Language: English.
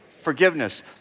Forgiveness